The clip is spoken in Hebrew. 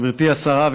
גברתי השרה,